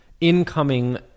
incoming